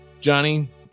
Johnny